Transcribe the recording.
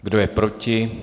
Kdo je proti?